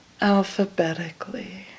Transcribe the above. alphabetically